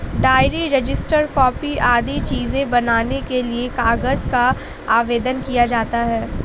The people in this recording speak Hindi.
डायरी, रजिस्टर, कॉपी आदि चीजें बनाने के लिए कागज का आवेदन किया जाता है